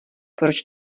proč